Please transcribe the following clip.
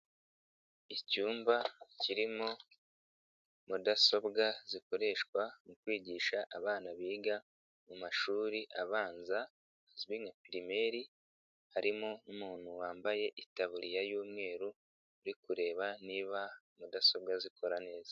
Icyumba kirimo mudasobwa zikoreshwa mu kwigisha abana biga mu mashuri abanza azwi nka pirimeri harimo n'umuntu wambaye itaburiya y'umweru uri kureba niba mudasobwa zikora neza.